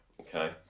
Okay